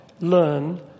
learn